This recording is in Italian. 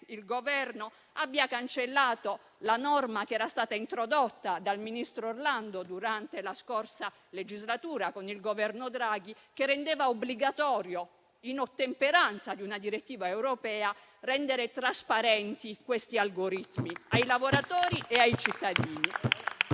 il Governo abbia cancellato la norma che era stata introdotta dal ministro Orlando, durante la scorsa legislatura, con il Governo Draghi, che rendeva obbligatorio, in ottemperanza di una direttiva europea, rendere trasparenti questi algoritmi ai lavoratori e ai cittadini.